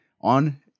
on